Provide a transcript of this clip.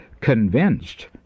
convinced